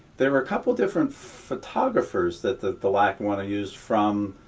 there were a couple different photographers that the the lackawanna used from,